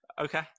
Okay